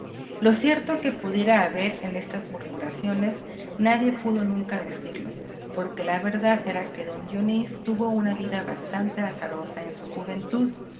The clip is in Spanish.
lo cierto que pudiera haber en estas murmuraciones nadie pudo nunca decirlo porque la verdad era que don dionís tuvo una vida bastante azarosa en su juventud